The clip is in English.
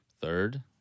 Third